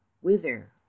Whither